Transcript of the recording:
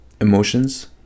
emotions